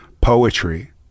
Poetry